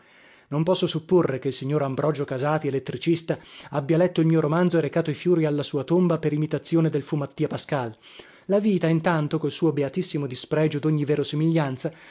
non posso supporre che il signor ambrogio casati elettricista abbia letto il mio romanzo e recato i fiori alla sua tomba per imitazione del fu mattia pascal la vita intanto col suo beatissimo dispregio dogni